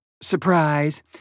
surprise